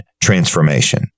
transformation